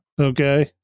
Okay